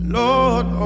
lord